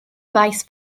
faes